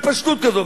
בפשטות כזאת?